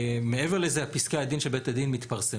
מעבר לזה, פסקי הדין של בית הדין מתפרסמים.